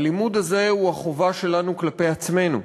הלימוד הזה הוא החובה שלנו כלפי עצמנו,